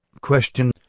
question